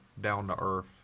down-to-earth